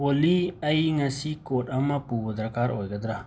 ꯑꯣꯜꯂꯤ ꯑꯩ ꯉꯁꯤ ꯀꯣꯠ ꯑꯃ ꯄꯨꯕ ꯗꯔꯀꯥꯔ ꯑꯣꯏꯒꯗꯔ